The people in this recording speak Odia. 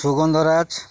ସୁଗନ୍ଧରାଜ